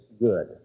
good